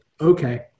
Okay